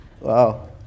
Wow